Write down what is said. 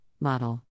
model